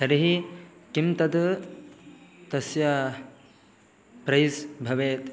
तर्हि किं तद् तस्य प्रैस् भवेत्